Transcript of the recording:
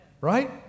Right